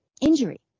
injury